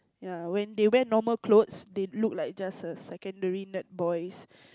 ya when they wear normal clothes they look like just a secondary nerd boys